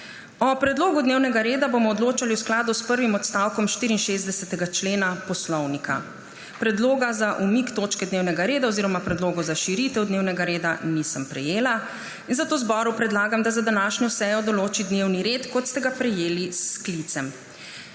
O predlogu dnevnega reda bomo odločali v skladu s prvim odstavkom 64. člena Poslovnika. Predloga za umik točke dnevnega reda oziroma predlogov za širitev dnevnega reda nisem prejela in zato zboru predlagam, da za današnjo sejo določi dnevni red, kot ste ga prejeli s sklicem.